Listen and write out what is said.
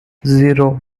zero